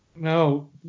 No